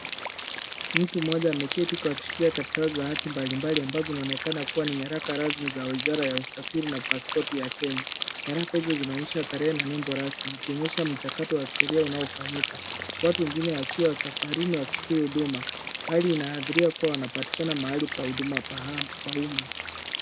Mtu mmoja ameketi huku akishikilia karatasi za hati mbalimbali ambazo zinaonekana kuwa ni nyaraka rasmi za wizara ya usafiri na pasipoti ya Kenya. Nyaraka hizo zinaonyesha tarehe na nembo rasmi, zikionyesha mchakato wa kisheria unaofanyika, watu wengine wakiwa safarini wakisubiri huduma, hali inashiria kuwa wanapatika mahali pa huduma pa umma.